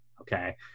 okay